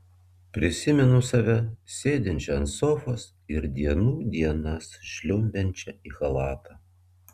prisimenu save sėdinčią ant sofos ir dienų dienas žliumbiančią į chalatą